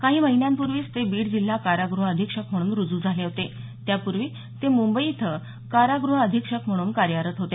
काही महिन्यांपूर्वीच ते बीड जिल्हा कारागृह अधीक्षक म्हणून रूजू झाले होते त्यापूर्वी ते मुंबई इथं कारागृह अधीक्षक म्हणून कार्यरत होते